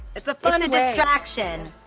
it's a distraction,